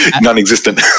non-existent